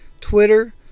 Twitter